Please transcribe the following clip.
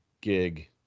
gig